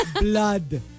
blood